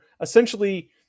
essentially